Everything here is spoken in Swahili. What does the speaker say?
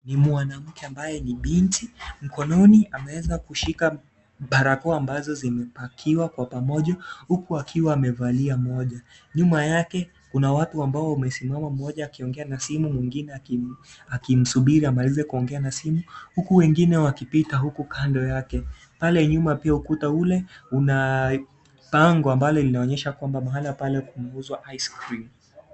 Ni mwanamke ambaye ni binti, mkononi ameweza kushika barakoa ambazo zimepakiwa kwa pamoja huku akiwa amevalia moja, nyuma yake kuna watu ambao wamesimama mmoja akiongea na simu mwingine akimsubiri amalize kuongea na simu huku wengine wakipita huku kando yake pale nyuma pia ukuta ule una bango ambalo linaonyesha mahala pale kunauzwa ice cream .